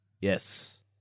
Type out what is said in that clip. Yes